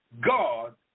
God